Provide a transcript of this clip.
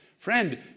Friend